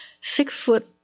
six-foot